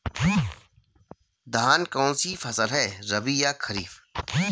धान कौन सी फसल है रबी या खरीफ?